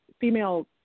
female